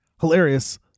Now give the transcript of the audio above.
Hilarious